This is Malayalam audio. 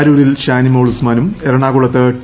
അരൂരിൽ ഷാനിമോൾ ഉസ്മാനും എറണാകുളത്ത് ടി